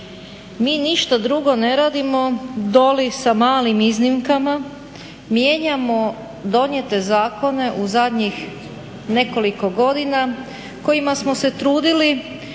mi ništa drugo ne radimo doli sa malim iznimkama mijenjamo donijete zakone u zadnjih nekoliko godina kojima smo se trudili